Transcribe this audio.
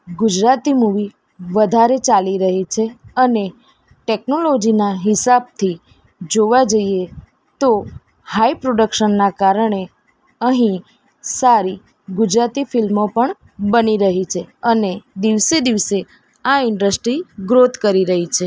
Gujarati movie વધારે ચાલી રહી છે અને ટૅક્નોલોજીના હિસાબથી જોવા જઈએ તો હાઈ પ્રોડક્શનનાં કારણે અહીં સારી ગુજરાતી ફિલ્મો પણ બની રહી છે અને દિવસે દિવસે આ ઇન્ડસ્ટ્રી ગ્રોથ કરી રહી છે